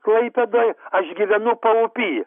klaipėdoj aš gyvenu paupy